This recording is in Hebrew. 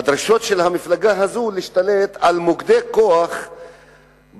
הדרישות של המפלגה הזו להשתלט על מוקדי כוח בממשלה,